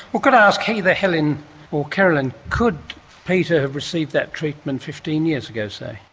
well, could i ask either helen or keryln, and could peter have received that treatment fifteen years ago, say?